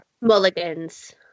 Mulligans